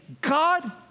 God